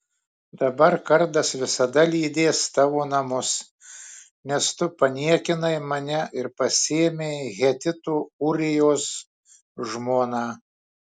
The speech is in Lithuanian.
dabar kardas visada lydės tavo namus nes tu paniekinai mane ir pasiėmei hetito ūrijos žmoną